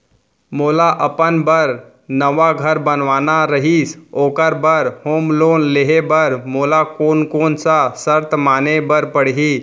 मोला अपन बर नवा घर बनवाना रहिस ओखर बर होम लोन लेहे बर मोला कोन कोन सा शर्त माने बर पड़ही?